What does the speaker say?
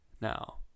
Now